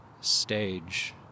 stage